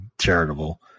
charitable